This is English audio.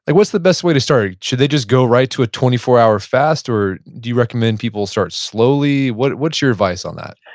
what's the best way to start? should they just go right to a twenty four hour fast or do you recommend people start slowly? what's what's your advice on that?